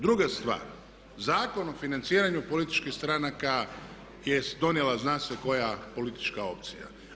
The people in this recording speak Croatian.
Druga stvar, Zakon o financiranju političkih stranaka jest donijela zna se koja politička opcija.